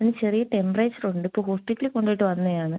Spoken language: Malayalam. അവന് ചെറിയ ടെംപറേച്ചർ ഉണ്ട് ഇപ്പോൾ ഹോസ്പിറ്റലിൽ കൊണ്ടുപോയിട്ട് വന്നെയാണ്